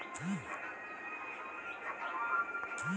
बैंकत ऋन्नेर प्रकारक स्पष्ट रूप से देखवा सके छी